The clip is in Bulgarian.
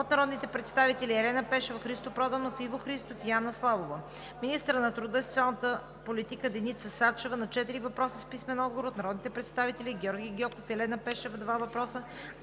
от народните представители Елена Пешева; Христо Проданов; Иво Христов; и Анна Славова. - министърът на труда и социалната политика Деница Сачева – на четири въпроса с писмен отговор от народните представители Георги Гьоков; Елена Пешева (два въпроса);